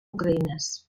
ucraïnès